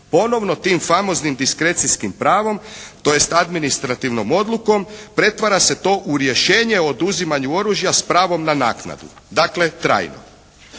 ponovno tim famoznim diskrecijskim pravom tj. administrativnom odlukom pretvara se to u rješenje o oduzimanju oružja s pravom na naknadu, dakle trajno.